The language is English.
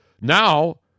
Now